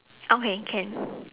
okay can